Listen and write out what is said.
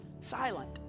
silent